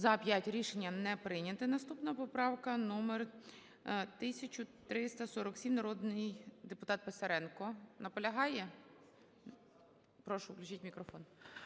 За-5 Рішення не прийнято. Наступна поправка номер 1347. Народний депутат Писаренко. Наполягає? Прошу, включіть мікрофон.